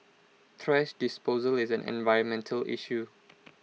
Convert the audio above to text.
thrash disposal is an environmental issue